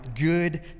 good